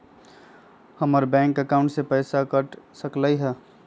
हमर bank account से पैसा कट सकलइ ह?